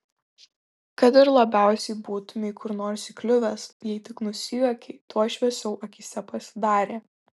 kad ir labiausiai būtumei kur nors įkliuvęs jei tik nusijuokei tuoj šviesiau akyse pasidarė